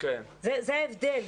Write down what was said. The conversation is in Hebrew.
זה ההבדל.